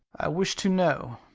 i wish to know.